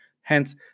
hence